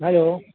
hello